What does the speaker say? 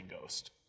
ghost